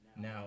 now